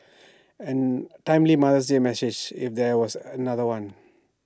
timely mother's day message if there was another one